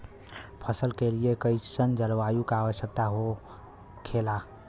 फसल के लिए कईसन जलवायु का आवश्यकता हो खेला?